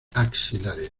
axilares